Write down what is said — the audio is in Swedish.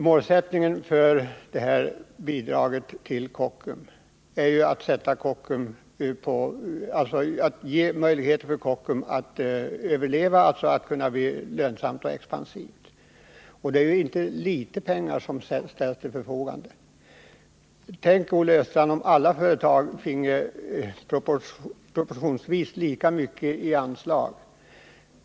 Målsättningen när det gäller bidraget till Kockums är att ge Kockums möjlighet att överleva och bli lönsamt och expansivt. Och det är inte litet pengar som ställs till förfogande. Tänk, Olle Östrand, om alla företag finge proportionsvis lika mycket i anslag.